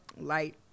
light